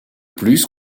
plus